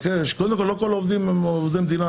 כל העובדים הם עובדי מדינה,